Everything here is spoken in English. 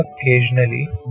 occasionally